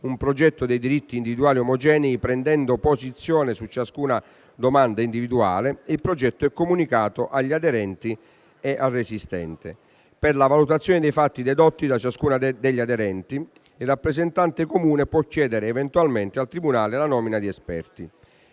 un progetto dei diritti individuali omogenei prendendo posizione su ciascuna domanda individuale; il progetto è comunicato agli aderenti e al resistente. Per la valutazione dei fatti dedotti da ciascuno degli aderenti, il rappresentante comune può chiedere eventualmente al tribunale la nomina di esperti;